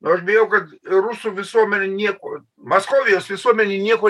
aš bijau kad rusų visuomenė nieko maskolijos visuomenei nieko